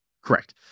Correct